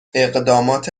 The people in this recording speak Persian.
اقدامات